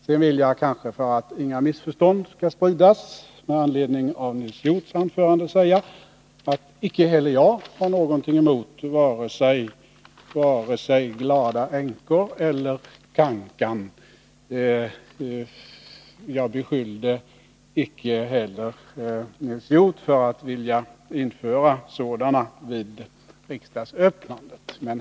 Sedan vill jag kanske för att inga missförstånd skall spridas med anledning av Nils Hjorths anförande säga, att icke heller jag har något emot vare sig glada änkor eller cancan. Jag beskyllde icke heller Nils Hjorth för att vilja införa sådana vid riksdagsöppnandet.